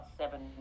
seven